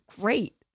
great